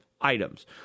items